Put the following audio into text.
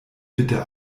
bitte